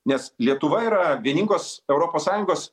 nes lietuva yra vieningos europos sąjungos